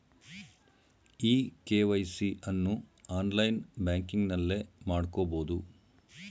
E KYC ಅನ್ನು online ಬ್ಯಾಂಕಿಂಗ್ನಲ್ಲೇ ಮಾಡ್ಕೋಬೋದು